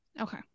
Okay